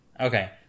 okay